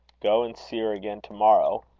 go and see her again to-morrow,